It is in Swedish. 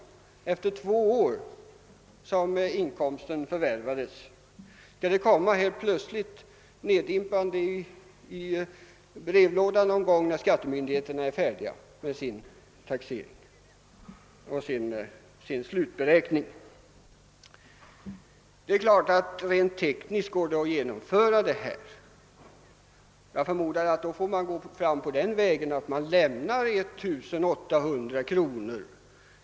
Skall bidraget två år efter inkomstens förvärvande helt plötsligt komma neddimpande i brevlådan någon gång när skattemyndigheterna är färdiga med sin taxering? Det är klart att det rent tekniskt går att genomföra bidragsformen men jag förmodar då att man får gå fram på den vägen att man lämnar 1 800 kr.